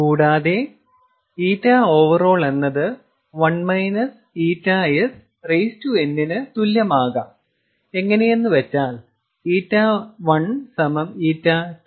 കൂടാതെ ƞ OVERALL എന്നത് 1 ƞsn ന് തുല്യമാകാം എങ്ങനെയെന്നു വെച്ചാൽ ƞ1 ƞ2ƞ3